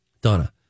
Donna